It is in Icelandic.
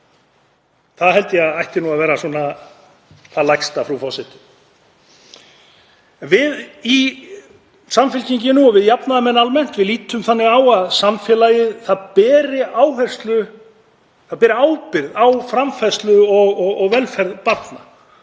Það held ég að ætti að vera það lægsta, frú forseti. Við í Samfylkingunni og við jafnaðarmenn almennt lítum þannig á að samfélagið beri ábyrgð á framfærslu og velferð barna